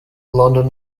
london